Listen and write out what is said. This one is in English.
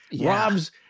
Rob's